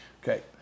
Okay